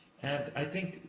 and, i think,